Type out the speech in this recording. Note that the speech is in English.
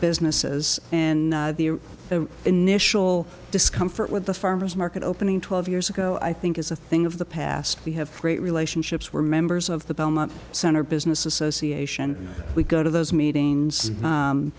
businesses and the initial discomfort with the farmer's market opening twelve years ago i think is a thing of the past we have great relationships where members of the belmont center business association we go to those meetings